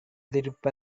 திருப்ப